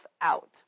out